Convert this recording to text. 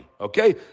Okay